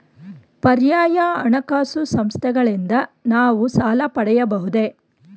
ಪರ್ಯಾಯ ಹಣಕಾಸು ಸಂಸ್ಥೆಗಳಿಂದ ನಾವು ಸಾಲ ಪಡೆಯಬಹುದೇ?